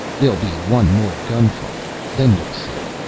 there'll be one more gun-fire then you'll see.